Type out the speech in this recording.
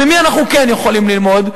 ממי אנחנו כן יכולים ללמוד?